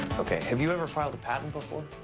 okay have you ever filed a patent before?